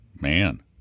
Man